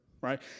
right